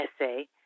essay